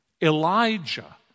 Elijah